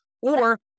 Or-